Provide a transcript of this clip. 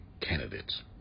candidates